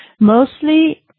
Mostly